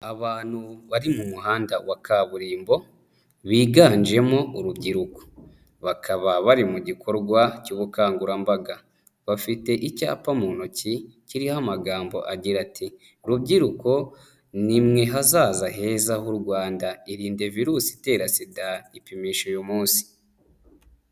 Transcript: Abantu bari mu muhanda wa kaburimbo biganjemo urubyiruko. Bakaba bari mu gikorwa cy'ubukangurambaga. Bafite icyapa mu ntoki kiriho amagambo agira ati "rubyiruko nimwe hazaza heza h'u Rwanda, irinde virusi itera Sida, ipimishe uyu munsi'.